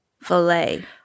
filet